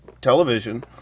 television